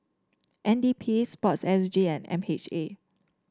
N D P sport S G and M H A